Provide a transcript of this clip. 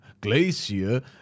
Glacier